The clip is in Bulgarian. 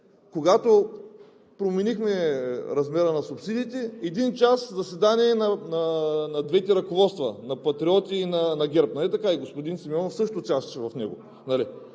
когато променихме размера на субсидиите – един час заседание на двете ръководства – на Патриоти, и на ГЕРБ, нали така?! И господин Симеонов също участваше в него,